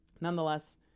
nonetheless